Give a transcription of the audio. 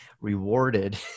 rewarded